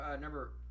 number